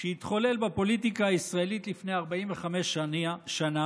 שהתחולל בפוליטיקה הישראלית לפני 45 שנה,